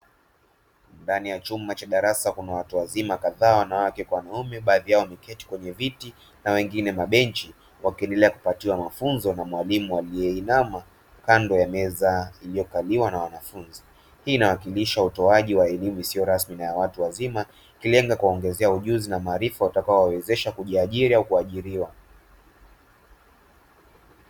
Ndani ya chumba cha darasa, kuna watu wazima kadhaa, wanawake na wanaume, baadhi yao wameketi kwenye viti na wengine kwenye mabenchi, wakiendelea kupatiwa mafunzo na mwalimu aliyeinama kando ya meza iliyokaliwa na wanafunzi; hii inawakilisha utoaji wa elimu isiyo rasmi kwa watu wazima, ikilenga kuwaongezea ujuzi na maarifa yatakayowawezesha kujiajiri au kuajiriwa.